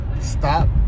Stop